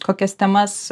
kokias temas